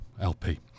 LP